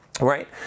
right